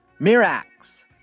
Mirax